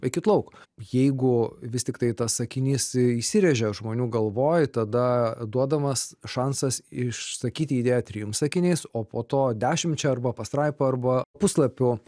eikit lauk jeigu vis tiktai tas sakinys įsirėžia žmonių galvoj tada duodamas šansas išsakyti idėją trim sakiniais o po to dešimčia arba pastraipa arba puslapiu